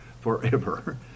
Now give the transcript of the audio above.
forever